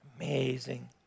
amazing